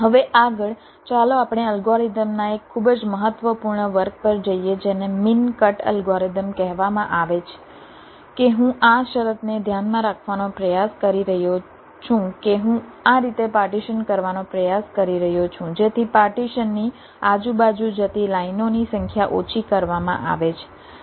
હવે આગળ ચાલો આપણે અલ્ગોરિધમના એક ખૂબ જ મહત્વપૂર્ણ વર્ગ પર જઈએ જેને મીન કટ અલ્ગોરિધમ કહેવામાં આવે છે કે હું આ શરતને ધ્યાનમાં રાખવાનો પ્રયાસ કરી રહ્યો છું કે હું આ રીતે પાર્ટીશન કરવાનો પ્રયાસ કરી રહ્યો છું જેથી પાર્ટીશનની આજુબાજુ જતી લાઇનોની સંખ્યા ઓછી કરવામાં આવે છે જેનો અર્થ થાય છે